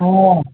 ହଁ